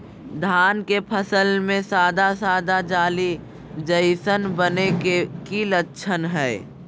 धान के फसल में सादा सादा जाली जईसन बने के कि लक्षण हय?